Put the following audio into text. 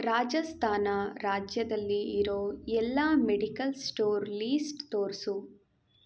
ರಾಜಸ್ಥಾನ ರಾಜ್ಯದಲ್ಲಿ ಇರೋ ಎಲ್ಲ ಮೆಡಿಕಲ್ ಸ್ಟೋರ್ ಲೀಸ್ಟ್ ತೋರಿಸು